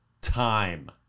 time